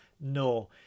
No